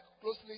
closely